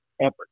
effort